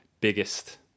biggest